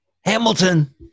Hamilton